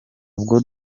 bwoba